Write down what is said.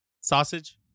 sausage